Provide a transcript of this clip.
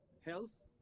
health